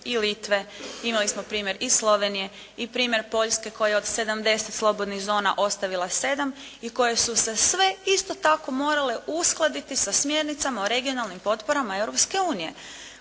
i Litve, imali smo primjer i Slovenije i primjer Poljske koja od 70 slobodnih zona ostavila 7 i koje su se sve isto tako morale uskladiti sa smjernicama o regionalnim potporama